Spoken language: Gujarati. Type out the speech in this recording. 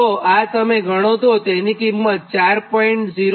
તો આ તમે ગણોતો તેની કિંમત 4